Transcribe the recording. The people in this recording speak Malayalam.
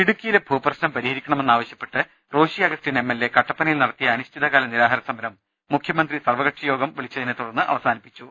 ഇടുക്കിയിലെ ഭൂപ്രശ്നം പരിഹരിക്കണമെന്നാവശൃപ്പെട്ട് റോഷി അഗസ്റ്റിൻ എംഎൽഎ കട്ടപ്പനയിൽ നടത്തിയ അനിശ്ചിതകാര നിരാ ഹാര സമരം മുഖൃമന്ത്രി സർവ്വകക്ഷി യോഗം വിളിച്ചതിനെ തുടർന്ന് അവസാനിപ്പിച്ചു